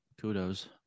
kudos